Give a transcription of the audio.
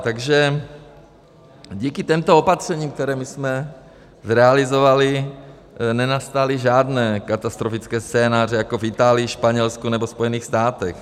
Takže díky těmto opatřením, která my jsme zrealizovali, nenastaly žádné katastrofické scénáře jako v Itálii, Španělsku nebo Spojených státech.